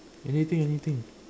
anything anything